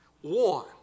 one